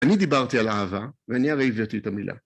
אני דיברתי על אהבה, ואני הרי הביאתי את המילה.